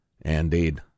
Indeed